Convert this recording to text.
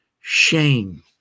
shame